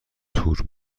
تور